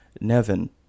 Nevin